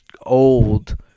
old